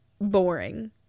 boring